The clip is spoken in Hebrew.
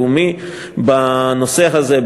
אתה יודע שהתקיים כאן כנס בין-לאומי בנושא הזה.